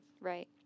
Right